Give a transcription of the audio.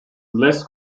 less